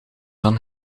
van